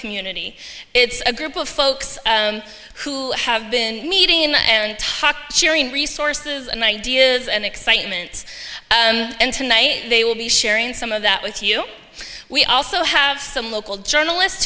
community it's a group of folks who have been meeting and sharing resources and ideas and excitement and tonight they will be sharing some of that with you we also have some local journalist